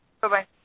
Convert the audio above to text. Bye-bye